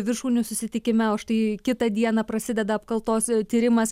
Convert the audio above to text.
viršūnių susitikime o štai kitą dieną prasideda apkaltos tyrimas